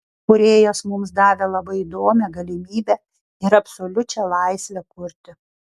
kūrėjas mums davė labai įdomią galimybę ir absoliučią laisvę kurti